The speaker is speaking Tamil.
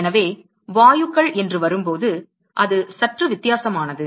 எனவே வாயுக்கள் என்று வரும்போது அது சற்று வித்தியாசமானது